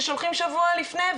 ושולחים שבוע לפני,